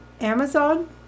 Amazon